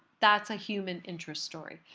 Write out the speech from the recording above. that's a human interest story.